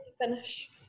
finish